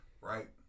right